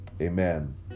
Amen